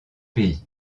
pays